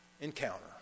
Encounter